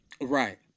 right